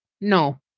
No